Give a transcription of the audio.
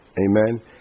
Amen